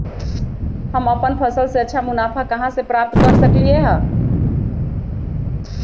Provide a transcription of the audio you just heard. हम अपन फसल से अच्छा मुनाफा कहाँ से प्राप्त कर सकलियै ह?